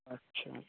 اچھا